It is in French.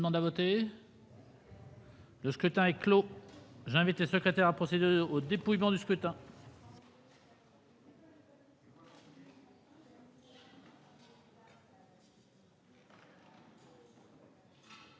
Le scrutin est clos. J'invite Mmes et MM. les secrétaires à procéder au dépouillement du scrutin.